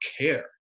care